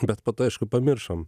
bet po to aišku pamiršom